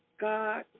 God